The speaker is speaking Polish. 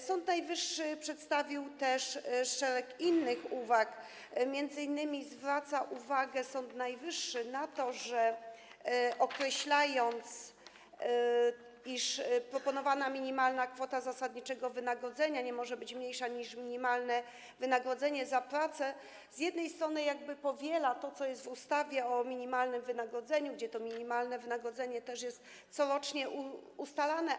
Sąd Najwyższy przedstawił też szereg innych uwag, między innymi zwraca uwagę na to, że określając, iż proponowana minimalna kwota zasadniczego wynagrodzenia nie może być mniejsza niż minimalne wynagrodzenie za pracę, jakby powiela to, co jest w ustawie o minimalnym wynagrodzeniu, gdzie to minimalne wynagrodzenie też jest corocznie ustalane.